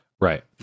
right